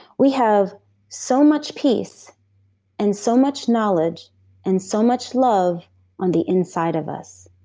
we have so much peace and so much knowledge and so much love on the inside of us.